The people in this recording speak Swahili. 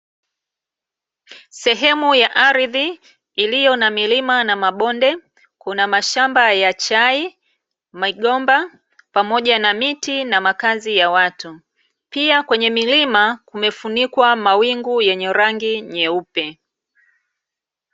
Sehemu ya ardhi iliyo na milima na mabonde, kuna: mashamba ya chai, migomba pamoja na miti na makazi ya watu. Pia kwenye milima kumefunikwa mawingu yenye rangi nyeupe.